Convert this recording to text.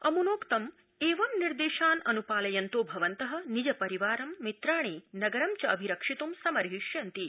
अमुनोक्त िवे निर्देशान् अनुपालयन्तो भवन्त निज परिवार मित्राणि नगरं च अभिरक्षित् समर्हिष्यन्ति